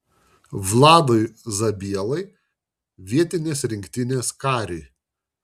vladui zabielai vietinės rinktinės kariui